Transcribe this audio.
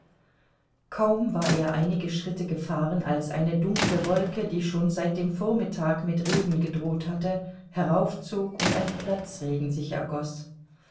kaum war er einige schritte gefahren als eine dunkle wolke die schon seit dem vormittag mit regen gedroht hatte heraufzog und ein platzregen sich ergoß